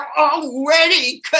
already